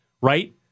right